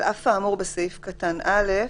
על אף האמור בסעיף קטן (א),